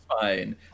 fine